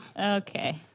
Okay